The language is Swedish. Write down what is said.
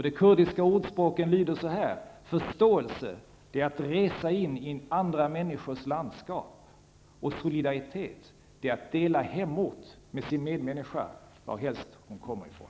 Det kurdiska ordspråket lyder så här: Förståelse är att resa in i andra människors landskap, och solidaritet är att dela hemort med sin medmänniska, var helst hon kommer ifrån.